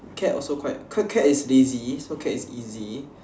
cat also quite cat cat is lazy so cat is easy